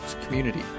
community